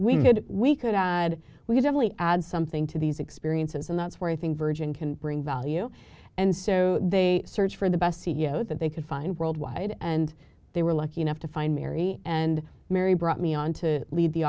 we could we could add we could only add something to these experiences and that's why i think virgin can bring value and so they search for the best c e o that they could find worldwide and they were lucky enough to find mary and mary brought me on to lead the